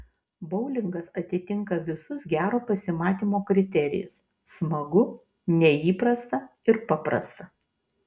boulingas atitinka visus gero pasimatymo kriterijus smagu neįprasta ir paprasta